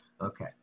okay